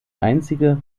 einzige